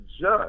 judge